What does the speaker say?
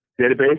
database